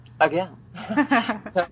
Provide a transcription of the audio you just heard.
again